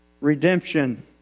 Redemption